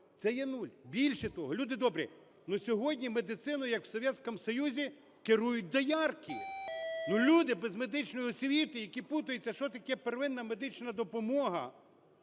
Це є нуль. Більше того, люди добрі, сьогодні медициною, як в Советском Союзе, керують доярки. Люди без медичної освіти, які путаються, що таке первинна медична допомога